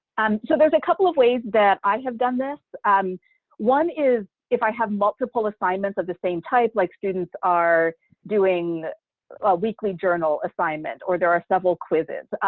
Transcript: and so there's a couple of ways that i have done this, and um one is if i have multiple assignments of the same type, like students are doing a weekly journal assignment, or there are several quizzes,